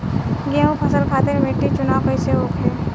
गेंहू फसल खातिर मिट्टी चुनाव कईसे होखे?